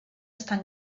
està